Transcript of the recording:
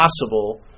possible